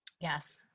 Yes